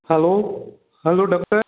hello hello doctor